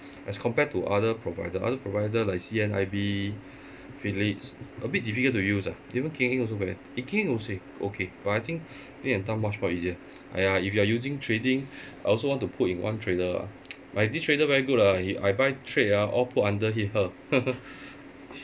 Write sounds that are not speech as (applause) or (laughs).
as compared to other provider other provider like C_N_I_B phillip a bit difficult to use ah even kian heng also very eh kian heng also okay but I think (noise) lim and tan much more easier !aiya! if you are using trading I also want to put in one trader lah (noise) my this trader very good ah he I buy trade ah all put under hi~ her (laughs)